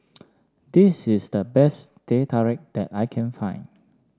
this is the best Teh Tarik that I can find